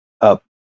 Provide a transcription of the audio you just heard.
up